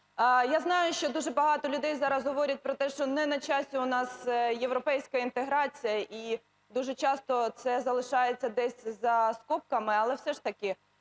Я знаю, що дуже багато людей зараз говорять про те, що не на часі у нас європейська інтеграція, і дуже часто це залишається десь за скобками. Але все ж таки